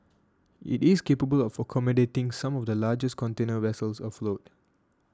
it is capable of accommodating some of the largest container vessels afloat